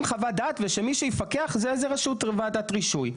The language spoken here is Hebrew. חוות דעת ושמי שיפקח זה איזו וועדת רישוי.